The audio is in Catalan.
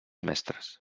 mestres